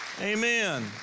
Amen